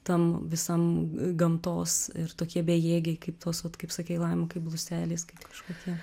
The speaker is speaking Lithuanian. tam visam gamtos ir tokie bejėgiai kaip tos vat kaip sakei laima kaip bluselės kaip kažkokie